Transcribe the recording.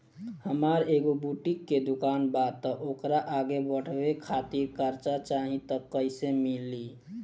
हमार एगो बुटीक के दुकानबा त ओकरा आगे बढ़वे खातिर कर्जा चाहि त कइसे मिली?